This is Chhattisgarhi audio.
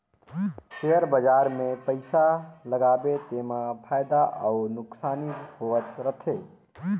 सेयर बजार मे पइसा लगाबे तेमा फएदा अउ नोसकानी होत रहथे